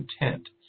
intent